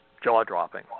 jaw-dropping